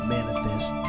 Manifest